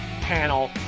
panel